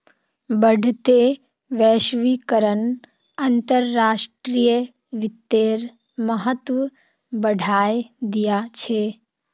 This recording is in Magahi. बढ़ते वैश्वीकरण अंतर्राष्ट्रीय वित्तेर महत्व बढ़ाय दिया छे